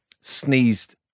sneezed